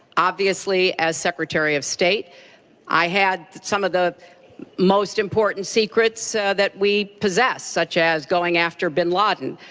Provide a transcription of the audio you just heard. obviously, as secretary of state i had some of the most important secrets that we possess, such as going after bin laden.